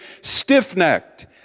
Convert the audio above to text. stiff-necked